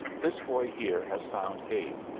this boy here has found hade,